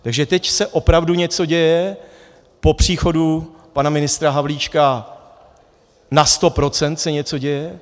Takže teď se opravdu něco děje po příchodu pana ministra Havlíčka, na sto procent se něco děje.